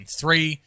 three